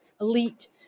elite